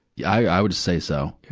yeah i would say so.